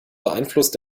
beeinflusst